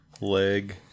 leg